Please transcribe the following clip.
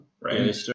right